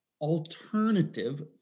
alternative